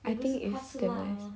I think it's damn nice